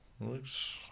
looks